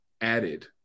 added